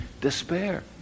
despair